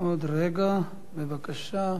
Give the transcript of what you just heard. עוד רגע, בבקשה.